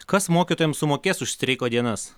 kas mokytojam sumokės už streiko dienas